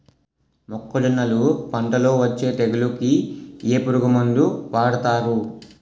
మొక్కజొన్నలు పంట లొ వచ్చే తెగులకి ఏ పురుగు మందు వాడతారు?